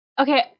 Okay